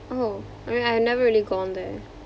oh I mean I've never really gone there